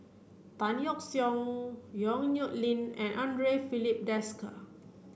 Tan Yeok Seong Yong Nyuk Lin and Andre Filipe Desker